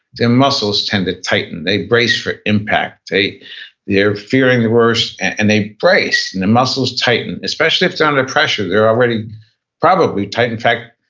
their muscles tend to tighten. they brace for impact. they're fearing the worst, and they brace and the muscles tighten. especially if it's under pressure, they're already probably tight. in fact,